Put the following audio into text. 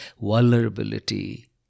vulnerability